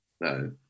No